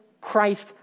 Christ